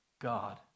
God